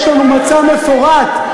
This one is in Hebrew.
יש לנו מצע מפורט.